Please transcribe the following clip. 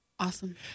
Awesome